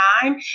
time